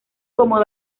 como